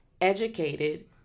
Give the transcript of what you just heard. educated